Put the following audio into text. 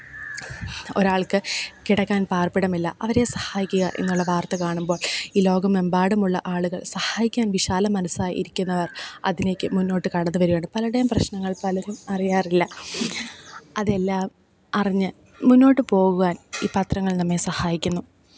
ഒരാള്ക്ക് കിടക്കാന് പാര്പ്പിടമില്ല അവരെ സഹായിക്കുക എന്നുള്ള വാര്ത്ത കാണുമ്പോള് ഈ ലോകമെമ്പാടുമുള്ള ആളുകൾ സഹായിക്കാന് വിശാല മനസായി ഇരിക്കുന്നവര് അതിലേക്ക് മുന്നോട്ട് കടന്ന് വരുകയാണ് പലര്ടേം പ്രശ്നങ്ങള് പലരും അറിയാറില്ല അതെല്ലാം അറിഞ്ഞ് മുന്നോട്ട് പോകുവാന് ഈ പത്രങ്ങള് നമ്മെ സഹായിക്കുന്നു